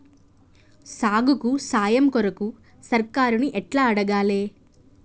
సాగుకు సాయం కొరకు సర్కారుని ఎట్ల అడగాలే?